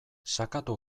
sakatu